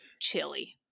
chili